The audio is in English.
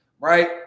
right